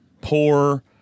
poor